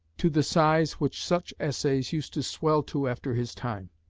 to the size which such essays used to swell to after his time.